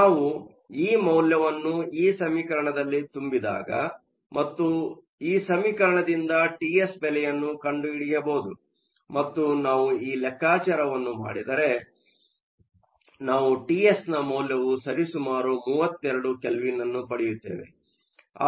ನಾವು ಈ ಮೌಲ್ಯವನ್ನು ಈ ಸಮೀಕರಣದಲ್ಲಿ ತುಂಬಿದಾಗ ಮತ್ತು ಈ ಸಮೀಕರಣದಿಂದ ಟಿಎಸ್ ಬೆಲೆಯನ್ನು ಕಂಡುಹಿಡಿಯಬಹುದು ಮತ್ತು ನಾವು ಈ ಲೆಕ್ಕಾಚಾರವನ್ನು ಮಾಡಿದರೆ ನಾವು ಟಿಎಸ್ ನ ಮೌಲ್ಯವು ಸರಿಸುಮಾರು 32ಕೆಲ್ವಿನ್ನ್ನು ಪಡೆಯುತ್ತೇವೆ